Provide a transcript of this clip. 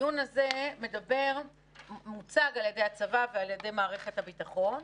הדיון הזה מוצג על-ידי הצבא ועל-ידי מערכת הביטחון,